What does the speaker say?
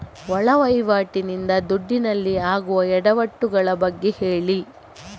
ಒಳ ವಹಿವಾಟಿ ನಿಂದ ದುಡ್ಡಿನಲ್ಲಿ ಆಗುವ ಎಡವಟ್ಟು ಗಳ ಬಗ್ಗೆ ಹೇಳಿ